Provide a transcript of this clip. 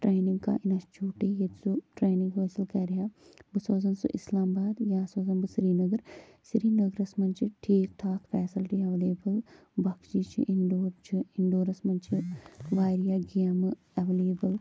training کانٛہہ institute ییٚتہِ سُہ ٹریننٛگ حٲصِل کَرِ ہا بہٕ سوزان سُہ اِسلام آباد یا سوزان بہٕ سریٖنگر سریٖنگرَس منٛز چھِ ٹھیٖک ٹھاک فیسلٹی ایٚولیبٕل بِخشی چھُ اِنڈور چھُ اِنڈورَس منٛز چھِ واریاہ گیمہٕ ایٚولیبٕل